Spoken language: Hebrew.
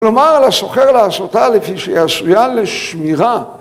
כלומר על הסוחר לעשותה לפי שהיא עשויה לשמירה